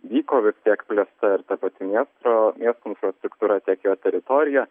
vyko vis tiek plėsta ir ta pati miestro miesto infrastruktūra tiek jo teritorija